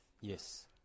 yes